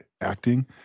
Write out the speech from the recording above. acting